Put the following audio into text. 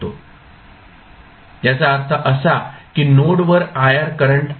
याचा अर्थ असा की नोडवर iR करंट आहे